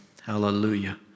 Hallelujah